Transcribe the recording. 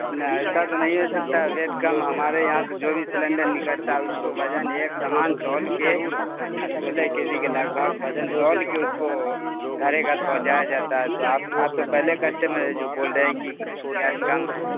نہیں ایسا تو نہیں ہو سکتا ہے ویٹ کم ہمارے یہاں سے جو بھی سلینڈر نکرتا ہے اس کو وزن ایک سمان تول کے اور سولہ کے جی کے لگ بھگ وزن تول کے اس کو گھرے گھر پہنچایا جاتا ہے تو آپ آپ تو پہلے کسٹمر ہیں جو بول رہے ہیں کہ گیس کم ہے